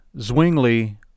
Zwingli